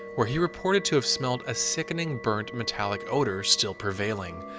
where he reported to have smelled a sickening, burnt, metallic odor still prevailing.